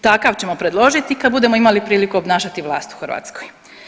Takav ćemo predložiti kad budemo imali priliku obnašati vlast u Hrvatskoj.